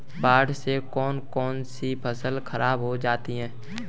बाढ़ से कौन कौन सी फसल खराब हो जाती है?